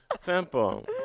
Simple